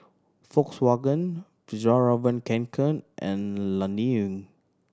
Volkswagen Fjallraven Kanken and Laneige